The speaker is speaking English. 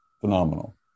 Phenomenal